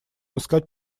искать